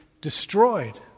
destroyed